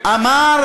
אמר